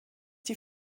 die